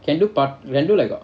I got